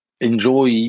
enjoy